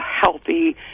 healthy